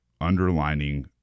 underlining